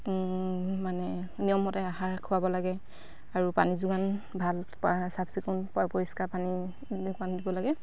মানে নিয়মমতে আহাৰ খোৱাব লাগে আৰু পানী যোগান ভাল চাফ চিকুণ পৰিষ্কাৰ পানী যোগান দিব লাগে